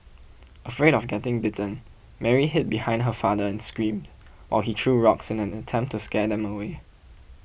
afraid of getting bitten Mary hid behind her father and screamed while he threw rocks in an attempt to scare them away